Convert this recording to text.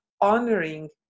honoring